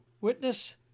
witness